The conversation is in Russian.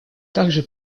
также